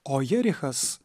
o jerichas